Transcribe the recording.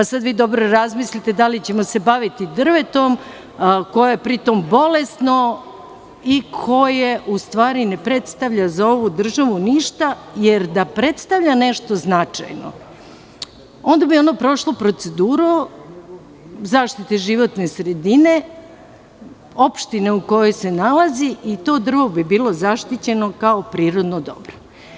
Sad vi dobro razmislite da li ćemo se baviti drvetom, koje je pri tome bolesno i koje, u stvari, ne predstavlja za ovu državu ništa, jer da predstavlja nešto značajno, onda bi ono prošlo proceduru zaštite životne sredine opštine u kojoj se nalazi i to drvo bi bilo zaštićeno kao prirodno dobro.